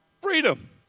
freedom